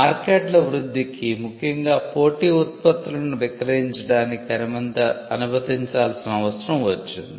మార్కెట్ల వృద్ధికి ముఖ్యంగా పోటీ ఉత్పత్తులను విక్రయించడానికి అనుమతించాల్సిన అవసరం వచ్చింది